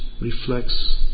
reflects